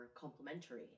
complementary